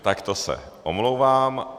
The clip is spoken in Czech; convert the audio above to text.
Tak to se omlouvám.